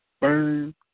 burn